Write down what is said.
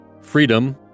Freedom